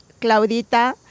Claudita